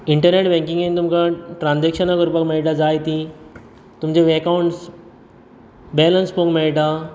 internet बँकींगेन तुमकां ट्रांजेक्शनां करपाक मेळटा जाय तीं तुमचे अकाउन्ट्स बॅलन्स पळोवंक मेळटा